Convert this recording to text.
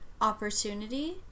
opportunity